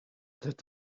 that